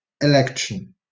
election